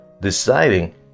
deciding